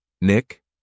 Nick